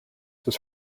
was